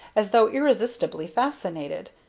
as though irresistibly fascinated.